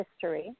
history